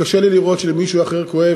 אני עומד כי קשה לי לראות שלמישהו אחר כואב